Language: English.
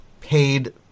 paid